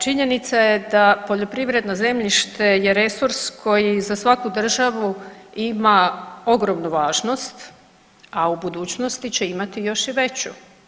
Činjenica je da poljoprivredno zemljište je resurs koji za svaku državu ima ogromnu važnost, a u budućnosti će imati još i veću.